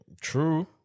True